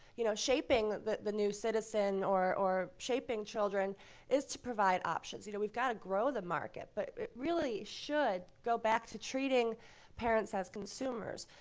you know, shaping the the new citizen or or shaping children is to provide options. you know, we've got to grow the market. but it really should go back to treating parents as consumers.